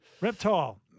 Reptile